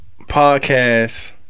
podcast